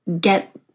get